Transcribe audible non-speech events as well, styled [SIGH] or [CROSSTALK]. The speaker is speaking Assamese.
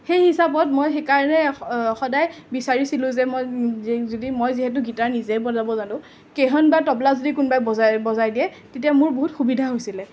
সেই হিচাপত মই সেইকাৰণে সদায় বিচাৰিছিলোঁ যে মই যে যিহেতু গীটাৰ নিজেই বজাব জানো [UNINTELLIGIBLE] বা তবলা যদি কোনোবাই বজাই বজাই দিয়ে তেতিয়া মোৰ বহুত সুবিধা হৈছিল